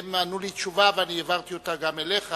והם ענו לי תשובה ואני העברתי אותה גם אליך.